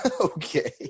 okay